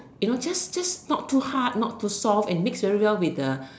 you know just just not too hard not too soft and mix very well with the